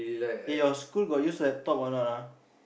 eh your school got use laptop or not ah